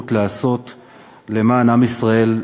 ואני מתפלל שגם תהיה לי הזכות לעשות למען עם ישראל וארץ-ישראל.